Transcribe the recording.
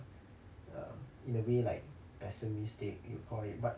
err in a way like pessimistic you call it but